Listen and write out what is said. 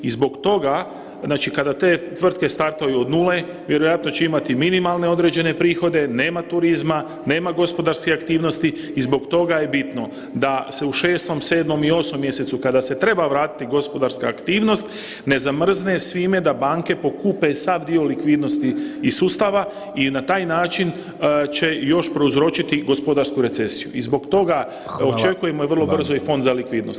I zbog toga kada te tvrtke startaju od nule vjerojatno će imati mininalne određene prihode, nema turizma, nema gospodarske aktivnosti i zbog toga je bitno da se u 6., 7. i 8. mjesecu kada se treba vratiti gospodarska aktivnost ne zamrzne svime da banke pokupe sav dio likvidnosti iz sustava i na taj način će još prouzročiti gospodarsku recesiju i zbog toga očekujemo vrlo brzo i Fond za likvidnost.